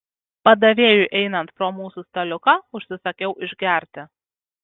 padavėjui einant pro mūsų staliuką užsisakiau išgerti